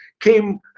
came